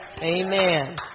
amen